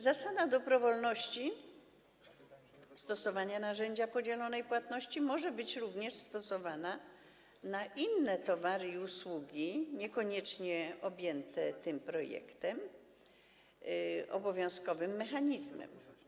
Zasada dobrowolności stosowania narzędzia podzielonej płatności może być również stosowana, jeśli chodzi o inne towary i usługi, niekoniecznie objęte tym projektem, tym obowiązkowym mechanizmem.